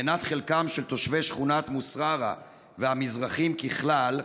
מנת חלקם של תושבי שכונת מוסררה והמזרחים בכלל,